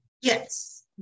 Yes